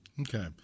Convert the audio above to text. okay